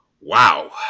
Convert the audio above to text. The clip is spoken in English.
wow